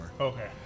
Okay